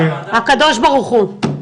הקדוש ברוך הוא.